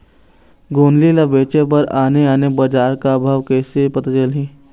गोंदली ला बेचे बर आने आने बजार का भाव कइसे पता चलही?